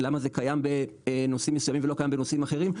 למה זה קיים בנושאים מסוימים ולא קיים בנושאים אחרים,